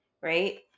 right